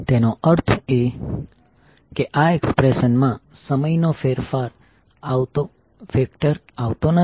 તેનો અર્થ એ કે આ એક્સપ્રેશન માં સમયનો ફેક્ટર આવતો નથી